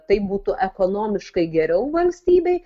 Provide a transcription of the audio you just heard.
tai būtų ekonomiškai geriau valstybei